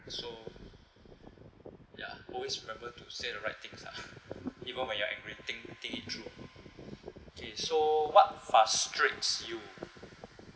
so ya always remember to say the right things lah even when you are angry think think it through okay so what frustrates you